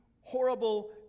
horrible